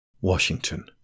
Washington